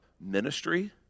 ministry